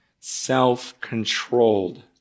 Self-controlled